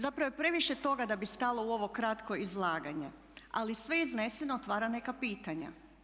Zapravo je previše toga da bi stalo u ovo kratko izlaganje, ali sve izneseno otvara neka pitanja.